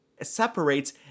separates